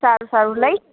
સારું સારું નહીં